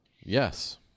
Yes